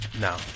no